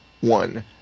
one